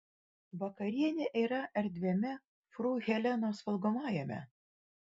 vakarienė yra erdviame fru helenos valgomajame